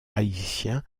haïtien